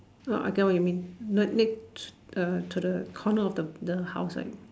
orh I get what you mean ne~ next err to the corner of the the house side